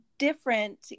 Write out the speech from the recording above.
different